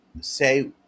say